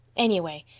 anyway,